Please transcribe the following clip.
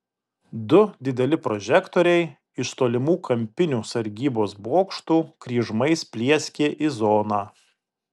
du dideli prožektoriai iš tolimų kampinių sargybos bokštų kryžmais plieskė į zoną